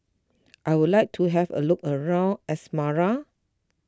I would like to have a look around Asmara